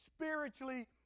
spiritually